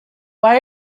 why